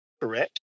Correct